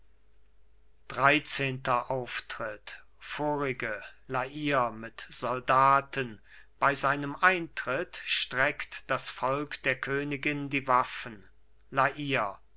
dreizehnter auftritt vorige la hire mit soldaten kommt bei seinem eintritt streckt das volk der königin die waffen la